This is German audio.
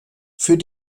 für